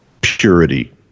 purity